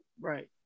Right